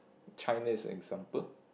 China is an example